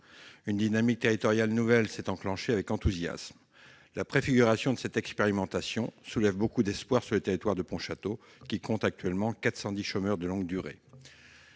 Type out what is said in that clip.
Une dynamique territoriale nouvelle s'est enclenchée avec enthousiasme. La préfiguration de cette expérimentation soulève beaucoup d'espoirs sur le territoire de Pontchâteau, qui compte 410 chômeurs de longue durée.